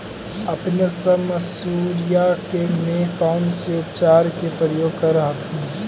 अपने सब मसुरिया मे कौन से उपचार के प्रयोग कर हखिन?